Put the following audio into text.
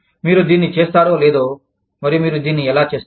మీరు దీన్ని చేస్తారో లేదో మరియు మీరు దీన్ని ఎలా చేస్తారు